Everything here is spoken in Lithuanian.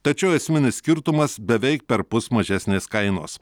tačiau esminis skirtumas beveik perpus mažesnės kainos